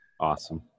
Awesome